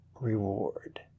reward